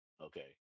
Okay